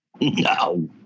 no